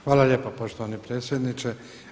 Hvala lijepo poštovani predsjedniče.